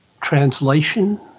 translation